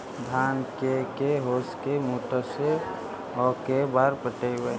धान के के होंस के मोटर से औ के बार पटइबै?